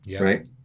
right